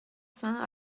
saint